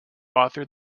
authored